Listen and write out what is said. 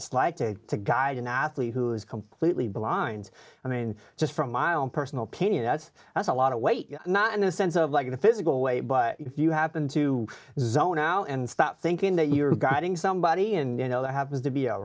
like to to guide an athlete who is completely blind i mean just from my own personal opinion that's that's a lot of weight not in a sense of like in a physical way but if you happen to zone out and stop thinking that you're guiding somebody and you know there happens to be a